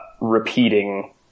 repeating